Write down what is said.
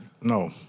No